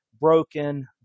broken